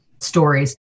stories